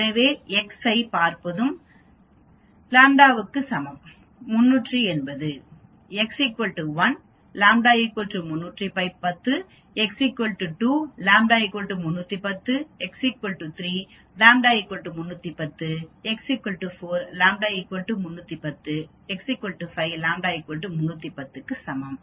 எனவே x ஐப் பார்ப்பது 0ƛ க்கு சமம் 310 x 1 ƛ 310 x 2 ƛ 310 x 3 ƛ 310 x 4 ƛ 310 x 5 ƛ 310 க்கு சமம்